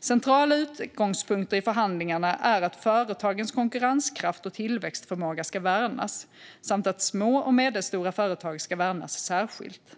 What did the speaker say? Centrala utgångspunkter i förhandlingarna är att företagens konkurrenskraft och tillväxtförmåga ska värnas samt att små och medelstora företag ska värnas särskilt.